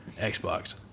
Xbox